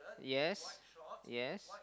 yes yes